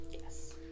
Yes